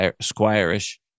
Squire-ish